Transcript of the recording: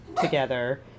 together